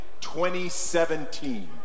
2017